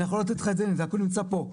אני יכול לתת לך את זה וזה אפילו נמצא פה.